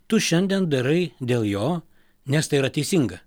tu šiandien darai dėl jo nes tai yra teisinga